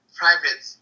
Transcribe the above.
private